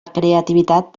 creativitat